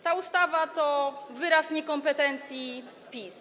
Ta ustawa to wyraz niekompetencji PiS.